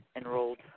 enrolled